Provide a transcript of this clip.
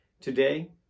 today